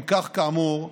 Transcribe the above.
אם כך, כאמור,